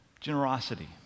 Generosity